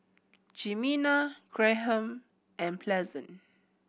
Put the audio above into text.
Jimena Graham and Pleasant